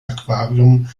aquarium